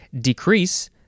Decrease